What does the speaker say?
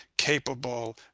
capable